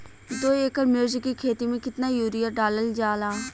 दो एकड़ मिर्च की खेती में कितना यूरिया डालल जाला?